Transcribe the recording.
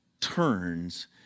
turns